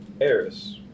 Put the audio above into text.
Eris